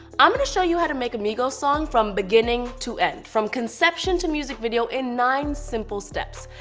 i'm gonna show you how to make a migos song. from beginning to end. from conception to music video in nine simple steps.